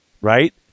right